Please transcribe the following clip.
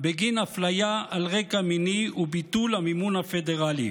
בגין אפליה על רקע מיני וביטול המימון הפדרלי.